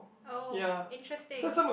oh interesting